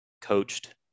coached